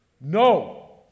No